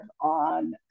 on